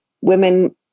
women